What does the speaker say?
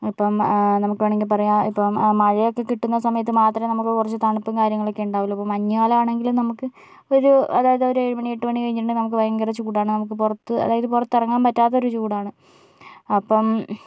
ഇപ്പോൾ നമുക്ക് വേണമെങ്കിൽ പറയാം ഇപ്പോൾ മഴയൊക്കെ കിട്ടുന്ന സമയത്ത് മാത്രമേ നമുക്ക് കുറച്ചു തണുപ്പും കാര്യങ്ങളുമൊക്കെ ഉണ്ടാവുകയുള്ളൂ ഇപ്പോൾ മഞ്ഞുകാലമാണെങ്കിൽ നമുക്ക് ഒരു അതായത് ഒരു ഏഴ് മണി ഏട്ട് മണി കഴിഞ്ഞിട്ടുണ്ടെങ്കിൽ നമുക്ക് ഭയങ്കര ചൂടാണ് നമുക്ക് പുറത്ത് അതായത് പുറത്തിറങ്ങാൻ പറ്റാത്ത ഒരു ചൂടാണ് അപ്പോൾ